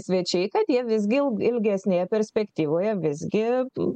svečiai kad jie visgi ilgesnėje perspektyvoje visgi tų